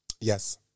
yes